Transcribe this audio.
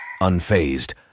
Unfazed